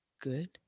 Good